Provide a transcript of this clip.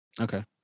Okay